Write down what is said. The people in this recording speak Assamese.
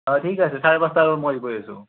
অ' ঠিক আছে চাৰে পাঁচটা বজাত মই গৈ আছোঁ